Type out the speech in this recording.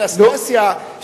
אנסטסיה,